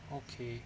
okay